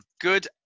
Good